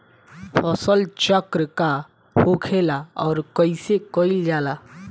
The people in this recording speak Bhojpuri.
फसल चक्रण का होखेला और कईसे कईल जाला?